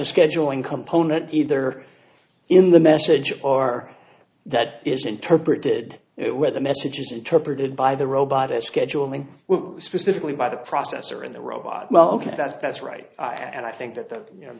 a scheduling component either in the message or that is interpreted it where the message is interpreted by the robot as scheduling specifically by the processor in the robot well ok that's that's right and i think that you know